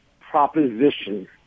proposition